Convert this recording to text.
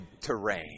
terrain